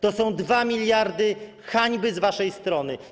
To są 2 mld hańby z waszej strony.